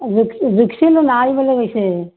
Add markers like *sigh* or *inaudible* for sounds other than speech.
*unintelligible*